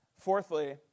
fourthly